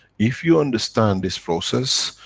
if you understand this process,